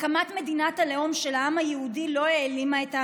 הקמת מדינת הלאום של העם היהודי לא העלימה את האנטישמיות.